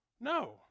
no